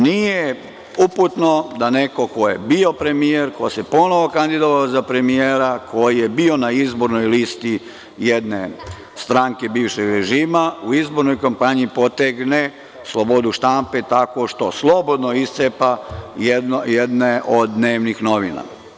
Nije uputno da neko ko je bio premijer, ko se ponovo kandidovao za premijera, koji je bio na izbornoj listi jedne stranke bivšeg režima, u izbornoj kampanji potegne slobodu štampe tako što slobodno iscepa jedne od dnevnih novina.